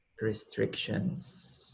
restrictions